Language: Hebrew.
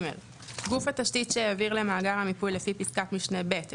גוף תשתית שהעביר למאגר המיפוי לפי פסקת משנה (ב)